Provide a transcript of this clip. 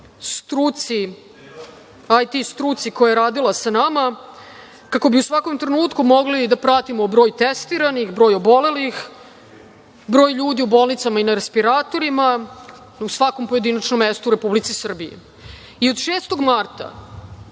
struci, IT struci koja je radila sa nama, kako bi u svakom trenutku mogli da pratimo broj testiranih, broj obolelih, broj ljudi u bolnicama i na respiratorima u svakom pojedinačnom mestu u Republici Srbiji. Od 6. marta